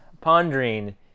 pondering